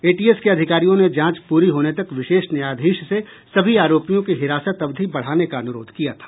ATS के अधिकारियों ने जांच पूरी होने तक विशेष न्यायाधीश से सभी आरोपियों की हिरासत अवधि बढ़ाने का अनुरोध किया था